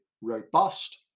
robust